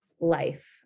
life